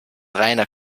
reiner